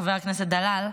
חבר הכנסת דלל,